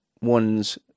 ones